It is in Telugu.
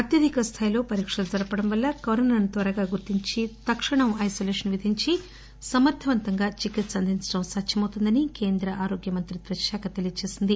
అత్యధిక స్థాయిలో పరీక్షలు జరపడం వల్ల కరోనాను త్వరగా గుర్తించి తక్షణం ఐనొలేషన్ విధించి సమర్థవంతంగా చికిత్స అందించడం సాధ్యమవుతుందని కేంద్ర ఆరోగ్య మంత్రిత్వ శాఖ తెలియజేసింది